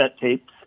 tapes